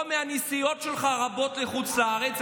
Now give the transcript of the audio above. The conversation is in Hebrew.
או מהנסיעות הרבות שלך לחוץ לארץ.